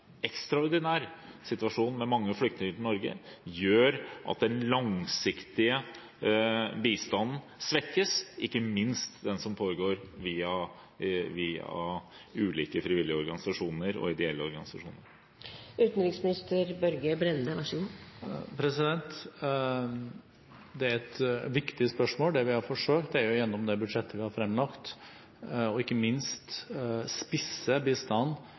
at den langsiktige bistanden svekkes, ikke minst den som foregår via ulike frivillige organisasjoner og ideelle organisasjoner? Det er et viktig spørsmål. Det vi har forsøkt gjennom det budsjettet vi har fremlagt, er ikke minst å spisse